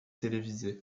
télévisées